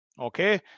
okay